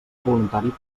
voluntari